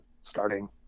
starting